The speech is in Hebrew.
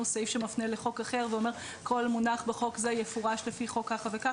סעיף שמפנה לחוק אחר ואומר שכל מונח בחוק זה יפורש לפי חוק זה וזה.